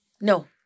No